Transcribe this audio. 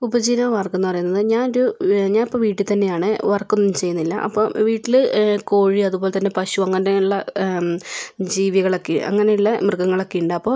ഉപജീവന മാർഗം എന്ന് പറയുന്നത് ഞാൻ ഒരു ഞാൻ ഇപ്പോൾ വീട്ടിൽ തന്നേയാണ് വർക്ക് ഒന്നും ചെയ്യുന്നില്ല അപ്പം വീട്ടില് കോഴി അതുപോലത്തന്നേ പശു അങ്ങനെയുള്ള ജീവികളൊക്കെ അങ്ങനെയുള്ള മൃഗങ്ങളൊക്കെ ഉണ്ട് അപ്പോൾ